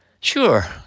Sure